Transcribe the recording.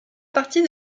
partie